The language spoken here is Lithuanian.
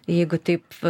jeigu taip